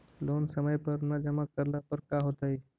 Loan समय पर न जमा करला पर का होतइ?